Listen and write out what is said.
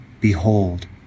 Behold